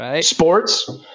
sports